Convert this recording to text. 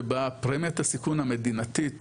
שבה פרמיית הסיכון המדינתית